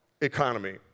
economy